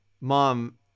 mom